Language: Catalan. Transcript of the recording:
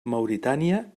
mauritània